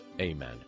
Amen